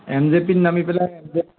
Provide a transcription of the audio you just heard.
N J P ত নামি পেলাই এন